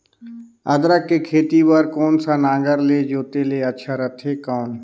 अदरक के खेती बार कोन सा नागर ले जोते ले अच्छा रथे कौन?